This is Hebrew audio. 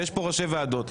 יש כאן ראשי ועדות,